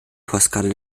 postkarte